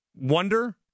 wonder